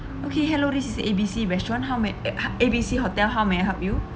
okay hello this is A B C restaurant how may A B C hotel how may I help you